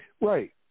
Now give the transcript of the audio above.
Right